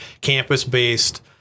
campus-based